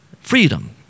freedom